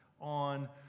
on